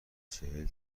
چهل